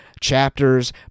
chapters